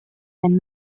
ein